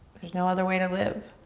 there's no other way to live.